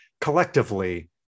collectively